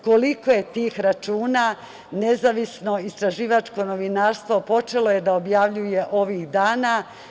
Koliko je tih računa nezavisno istraživačko novinarstvo počelo da objavljuje ovih dana?